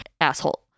asshole